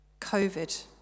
COVID